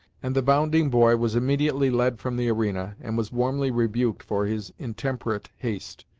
and the bounding boy was immediately led from the arena, and was warmly rebuked for his intemperate haste,